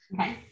Okay